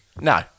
No